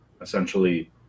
essentially